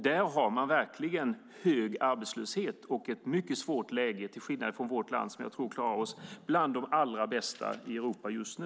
Där har man verkligen hög arbetslöshet och ett mycket svårt läge, till skillnad från vårt land, som jag tror klarar sig bland de allra bästa i Europa just nu.